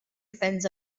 depends